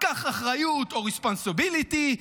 קח אחריות או responsibility,